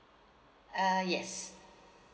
uh yes